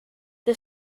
the